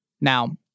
Now